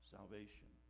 Salvation